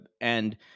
and-